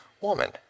woman